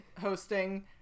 hosting